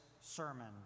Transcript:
sermon